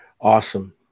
Awesome